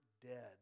dead